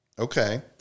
Okay